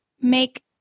make